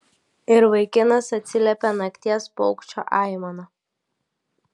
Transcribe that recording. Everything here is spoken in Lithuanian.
ir vaikinas atsiliepė nakties paukščio aimana